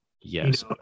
yes